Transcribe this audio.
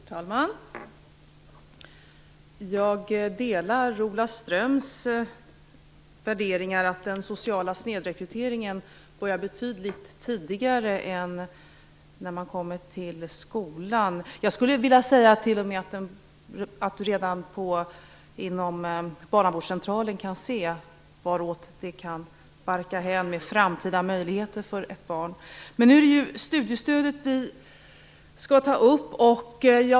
Herr talman! Jag delar Ola Ströms uppfattning att den sociala snedrekryteringen börjar betydligt tidigare än i skolan. Jag skulle vilja säga att man redan på barnavårdscentralen kan se vartåt det kan barka hän vad gäller ett barns framtida möjligheter. Men nu är det studiestödet vi skall ta upp.